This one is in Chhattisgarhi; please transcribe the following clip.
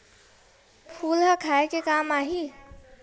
फूल ह खाये के काम आही?